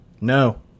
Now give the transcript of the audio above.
No